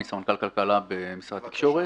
אני סמנכ"ל כלכלה במשרד התקשורת.